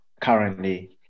currently